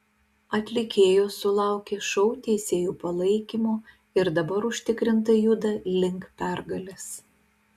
atlikėjos sulaukė šou teisėjų palaikymo ir dabar užtikrintai juda link pergalės